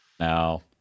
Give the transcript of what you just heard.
now